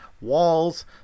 walls